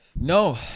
No